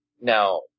Now